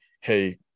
Hey